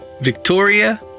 Victoria